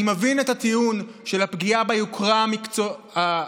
אני מבין את הטיעון של הפגיעה ביוקרה האקדמית,